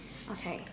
okay